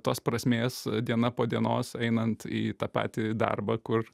tos prasmės diena po dienos einant į tą patį darbą kur